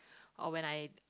or when I